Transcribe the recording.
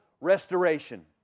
restoration